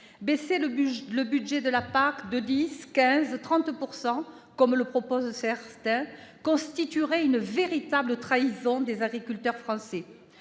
Baisser le budget de la PAC de 10 %, de 15 % voire de 30 %, comme le proposent certains, constituerait une véritable trahison des agriculteurs français.